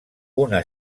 una